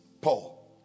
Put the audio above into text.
Paul